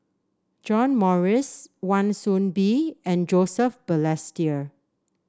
John Morrice Wan Soon Bee and Joseph Balestier